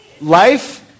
life